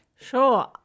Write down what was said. Sure